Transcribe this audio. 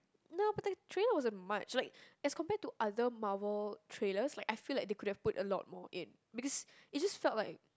no but the trailer wasn't much like as compare to other Marvel trailers like I feel like they could have put a lot more in because it just felt like